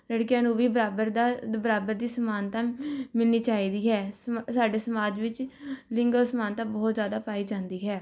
ਲੜਕੀਆਂ ਨੂੰ ਵੀ ਬਰਾਬਰ ਦਾ ਦ ਬਰਾਬਰ ਦੀ ਸਮਾਨਤਾ ਮਿਲਣੀ ਚਾਹੀਦੀ ਹੈ ਸਮ ਸਾਡੇ ਸਮਾਜ ਵਿੱਚ ਲਿੰਗ ਅਸਮਾਨਤਾ ਬਹੁਤ ਜ਼ਿਆਦਾ ਪਾਈ ਜਾਂਦੀ ਹੈ